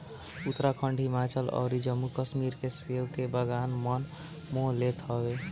उत्तराखंड, हिमाचल अउरी जम्मू कश्मीर के सेब के बगान मन मोह लेत हवे